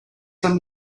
some